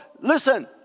listen